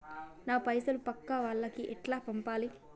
నా పైసలు పక్కా వాళ్లకి ఎట్లా పంపాలి?